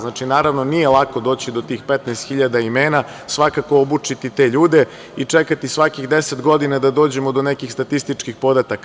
Znači, nije lako doći do tih 15 hiljada imena, svakako obučiti te ljude i čekati svakih deset godina da dođemo do nekih statističkih podataka.